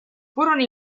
furono